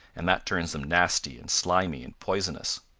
and that turns them nasty and slimy and poisonous.